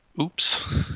oops